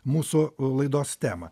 mūsų laidos temą